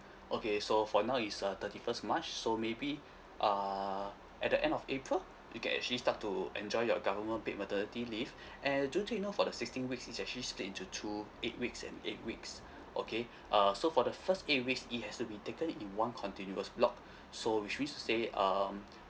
okay so for now it's uh thirty first march so maybe err at the end of april you can actually start to enjoy your government paid maternity leave and do take note for the sixteen weeks is actually split into two eight weeks and eight weeks okay err so for the first eight weeks it has to be taken in one continuous block so which means to say um